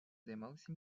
займалися